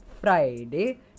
Friday